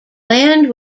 land